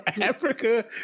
Africa